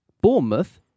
Bournemouth